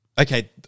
okay